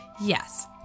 Yes